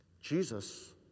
Jesus